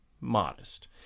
modest